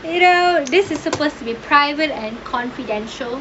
you know this is supposed to be private and confidential